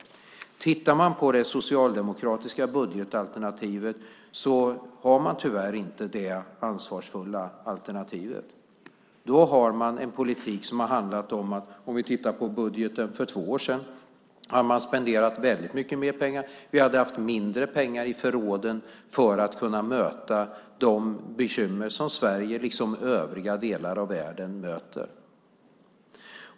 Om vi tittar på det socialdemokratiska budgetalternativet ser vi att de tyvärr inte har det ansvarsfulla alternativet. Man har haft en politik som handlat om att - om vi tittar på budgeten för två år sedan - man spenderat väldigt mycket mer pengar. Vi hade haft mindre pengar i förråden för att kunna möta de bekymmer som Sverige, liksom övriga delar av världen, möter.